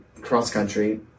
cross-country